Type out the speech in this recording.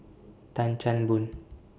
Tan Chan Boon